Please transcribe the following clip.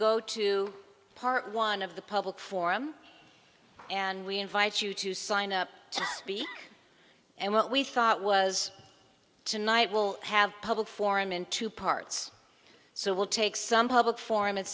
go to part one of the public forum and we invite you to sign up to speak and what we thought was tonight will have a public forum in two parts so we'll take some public forum at